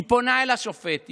היא פונה אל השופט,